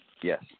Yes